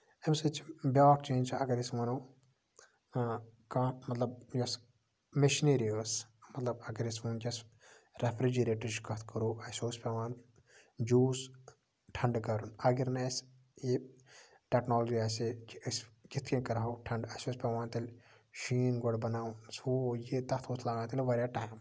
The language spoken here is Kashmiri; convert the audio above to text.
اَمہِ سۭتۍ چھُ بیاکھ چینج اَگر أسۍ وَنو کانہہ مطلب یۄس میشِنٔری ٲسۍ مطلب اَگر أسۍ ؤنکیٚس ریفرِجیٹرٕچ کَتھ کرو اَسہِ اوس پیوان جوٗس ٹھنڈٕ کَرُن اَگر نہٕ اَسہِ یہِ ٹیکنولجی آسہِ ہے کہِ أسۍ کِتھ کَنۍ کرہاو ٹھنڈٕ اَسہِ اوس پیوان تیٚلہِ شیٖن گۄڈٕ بَناوُن سُہ ہُہ یہِ تَتھ اوس لَگان تیٚلہِ واریاہ ٹایم